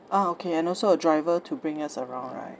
orh okay and also a driver to bring us around right